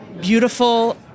beautiful